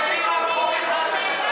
תגנבי רק חוק אחד בשנה.